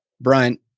Brian